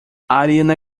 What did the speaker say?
ariana